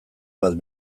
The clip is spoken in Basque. bat